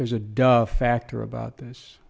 there's a dog factor about this